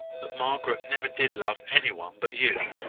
that margaret never did love any one but you.